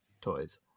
toys